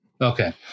Okay